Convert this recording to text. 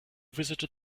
visited